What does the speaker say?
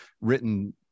written